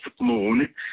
moon